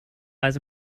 lies